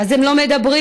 הם לא מדברים.